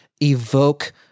evoke